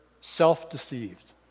self-deceived